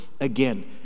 again